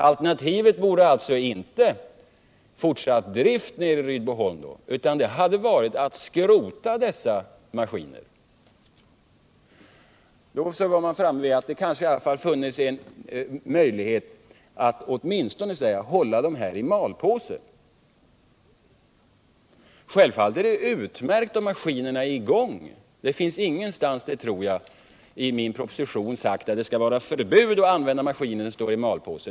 Alternativet vore alltså inte fortsatt drift nere i Rydboholm utan att skrota maskinerna i fråga. Då var man framme vid att det kanske skulle finnas åtminstone en möjlighet att hålla maskinerna i malpåse. Självfallet är det utmärkt om maskinerna är i gång. Det står ingenting i min proposition om att det skulle vara förbjudet att använda maskiner som bevaras i malpåse.